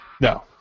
No